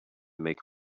make